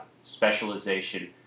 specialization